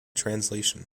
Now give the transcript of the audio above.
translation